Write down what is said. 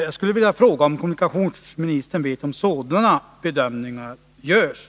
Jag skulle vilja fråga om kommunikationsministern vet om sådana bedömningar görs.